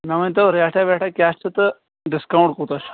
مےٚ ؤنۍتَو ریٚٹا ویٚٹا کیٛاہ چھِ تہٕ ڈِسکاوُنٛٹ کوٗتاہ چھُ